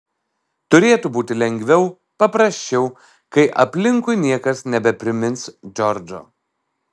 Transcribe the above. turėtų būti lengviau paprasčiau kai aplinkui niekas nebeprimins džordžo